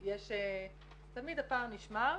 תמיד הפער נשמר.